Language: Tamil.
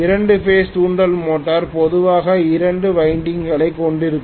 இரண்டு பேஸ் தூண்டல் மோட்டார் பொதுவாக இரண்டு வைண்டிங் களைக் கொண்டிருக்கும்